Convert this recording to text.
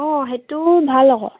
অঁ সেইটোও ভাল আকৌ